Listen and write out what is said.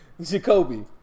Jacoby